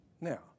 Now